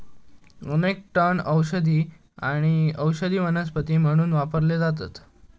अनेक तण औषधी आणि औषधी वनस्पती म्हणून वापरले जातत